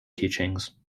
teachings